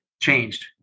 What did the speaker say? changed